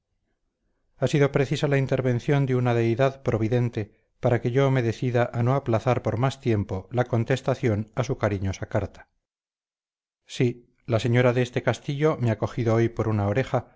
ha sido precisa la intervención de una deidad providente para que yo me decida a no aplazar por más tiempo la contestación a su cariñosa carta sí la señora de este castillo me ha cogido hoy por una oreja